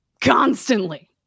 constantly